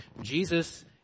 Jesus